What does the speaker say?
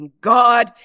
God